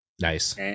nice